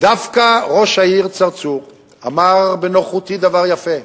דווקא ראש העיר צרצור אמר בנוכחותי דבר יפה.